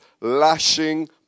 lashing